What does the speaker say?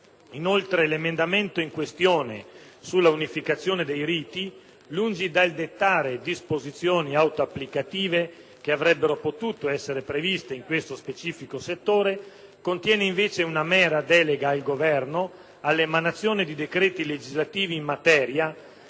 Inoltre, l'emendamento in questione sull'unificazione dei riti, lungi dal dettare disposizioni autoapplicative (che avrebbero potuto essere previste in questo specifico settore), contiene invece una mera delega al Governo all'emanazione di decreti legislativi in materia,